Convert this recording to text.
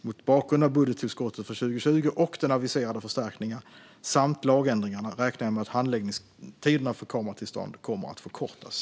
Mot bakgrund av budgettillskottet för 2020 och den aviserade förstärkningen samt lagändringarna räknar jag med att handläggningstiderna för kameratillstånd kommer att förkortas.